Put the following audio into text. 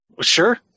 Sure